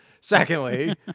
Secondly